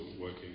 working